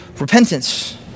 repentance